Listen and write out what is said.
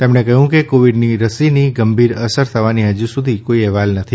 તેમણે કહ્યું કે કોવિડની રસીની ગંભીર અસર થવાના હજી સુધી કોઈ અહેવાલ નથી